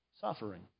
suffering